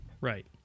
right